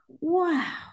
wow